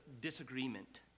disagreement